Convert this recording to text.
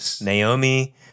Naomi